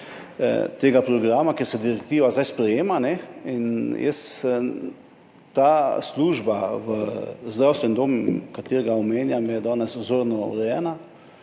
tega programa, ker se direktiva zdaj sprejema in ta služba v zdravstvenem domu, ki ga omenjam, je danes vzorno urejena.